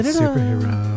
superhero